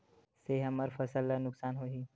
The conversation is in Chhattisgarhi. से हमर फसल ला नुकसान होही?